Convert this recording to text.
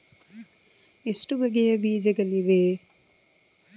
ಎಷ್ಟು ಬಗೆಯ ಬೀಜಗಳಿವೆ?